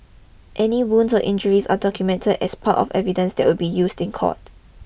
any wounds or injuries are documentd as part of evidence that will be used in court